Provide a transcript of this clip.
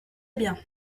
bien